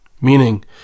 meaning